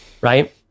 right